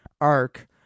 arc